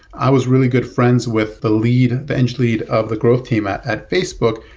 i was really good friends with the lead, the eng lead of the growth team at at facebook,